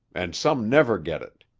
and some never get it.